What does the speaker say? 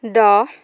দহ